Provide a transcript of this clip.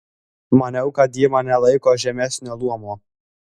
maniau kad ji mane laiko žemesnio luomo